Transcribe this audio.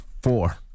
Four